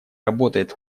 работает